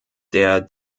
der